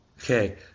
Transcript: Okay